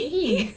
!ee!